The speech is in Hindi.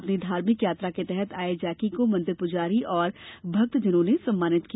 अपनी धार्मिक यात्रा के तहत आये जैकी को मंदिर पुजारी व अन्य भक्तों ने सम्मानित किया